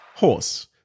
horse